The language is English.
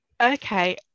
okay